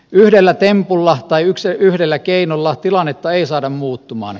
yhdellä tempulla tai yhdellä keinolla tilannetta ei saada muuttumaan